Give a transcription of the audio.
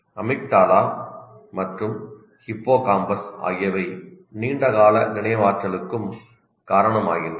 amygdala மற்றும் hippocampus ஆகியவை நீண்டகால நினைவாற்றலுக்கும் காரணமாகின்றன